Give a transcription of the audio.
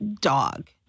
dog